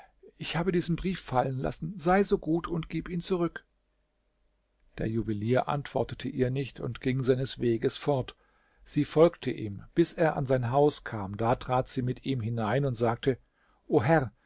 ich habe diesen brief fallen lassen sei so gut und gib ihn zurück der juwelier antwortete ihr nicht und ging seines weges fort sie folgte ihm bis er an sein haus kam da trat sie mit ihm hinein und sagte o herr